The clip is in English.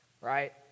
Right